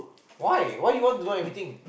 why why you want to know everything